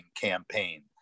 campaign